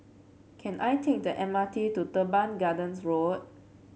can I take the M R T to Teban Gardens Road